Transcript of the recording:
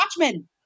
Watchmen